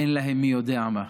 אין להם מי יודע מה.